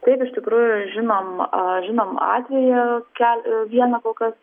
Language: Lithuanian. taip iš tikrųjų žinom žinom atveją kel vieną kol kas